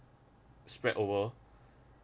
spread over